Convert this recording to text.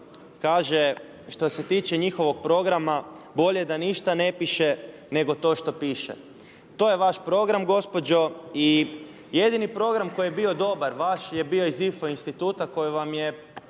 kaže što se tiče njihovog programa bolje da ništa ne piše nego to što piše. To je vaš program gospođo i jedini program koji je bio dobar vaš je bio iz IFO instituta koji vam je